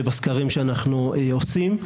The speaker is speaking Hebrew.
ובסקרים שאנחנו עושים.